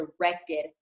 directed